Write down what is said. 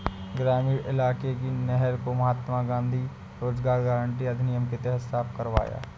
ग्रामीण इलाके की नहर को महात्मा गांधी ग्रामीण रोजगार गारंटी अधिनियम के तहत साफ करवाया